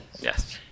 Yes